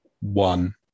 One